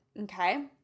okay